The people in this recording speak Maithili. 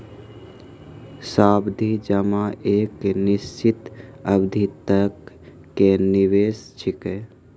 सावधि जमा एक निश्चित अवधि तक के निवेश छिकै